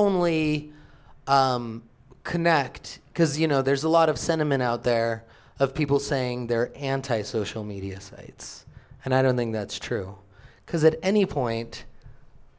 only connect because you know there's a lot of sentiment out there of people saying they're anti social media sites and i don't think that's true because at any point